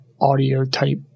audio-type